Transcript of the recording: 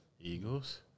Eagles